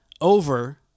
over